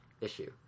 issue